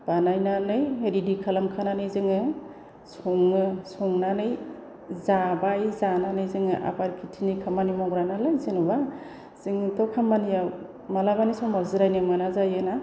बानायनानै रेडि खालामखानानै जोङो सङो संनानै जाबाय जानानै जोंङो आबाद खिथिनि खामानि मावग्रानालाय जेन'बा जोंथ' खामानियाव मालाबानि समाव जिरायनो मोना जायोना